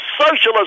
socialist